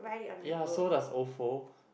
ya so does Ofo